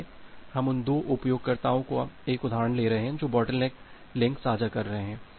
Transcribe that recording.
इसलिए हम उन 2 उपयोगकर्ताओं का एक उदाहरण ले रहे हैं जो बॉटलनेक लिंक साझा कर रहे हैं